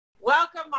Welcome